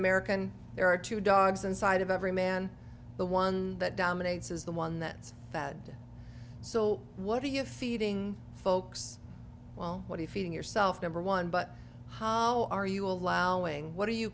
american there are two dogs inside of every man the one that dominates is the one that's fed so what are you feeding folks well what are you feeding yourself number one but how are you allowing what are you